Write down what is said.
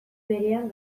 berean